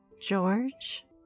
George